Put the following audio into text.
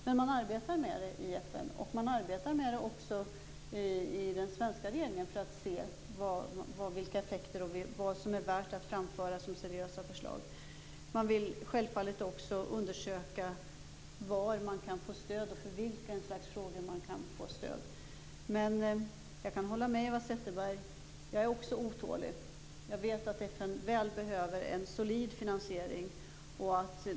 Men man arbetar med frågan i FN och även i den svenska regeringen för att se vilka effekterna är och vad som är värt att framföra som seriösa förslag. Man vill självfallet också undersöka var man kan få stöd och för vilka frågor man kan få stöd. Jag kan hålla med Eva Zetterberg. Också jag är otålig. Jag vet att FN väl behöver en solid finansiering.